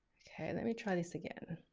okay. let me try this again.